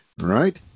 right